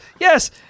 yes